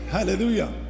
Hallelujah